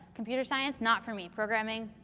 computer science, not for me. programming,